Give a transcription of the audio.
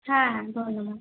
হ্যাঁ হ্যাঁ ধন্যবাদ